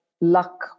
luck